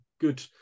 good